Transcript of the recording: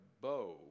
bow